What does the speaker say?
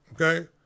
Okay